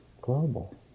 global